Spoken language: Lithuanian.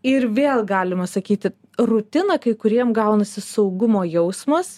ir vėl galima sakyti rutina kai kuriem gaunasi saugumo jausmas